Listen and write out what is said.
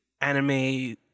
anime